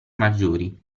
maggiori